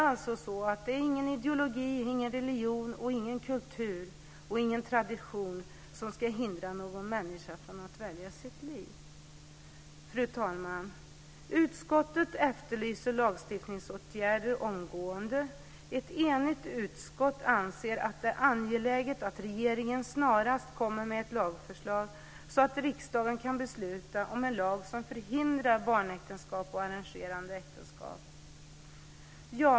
Alltså ska ingen ideologi, ingen religion, ingen kultur och ingen tradition hindra någon människa från att välja sitt liv. Fru talman! Utskottet efterlyser lagstiftningsåtgärder omgående. Ett enigt utskott anser att det är angeläget att regeringen snarast kommer med ett lagförslag så att riksdagen kan besluta om en lag som förhindrar barnäktenskap och arrangerade äktenskap.